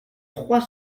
trois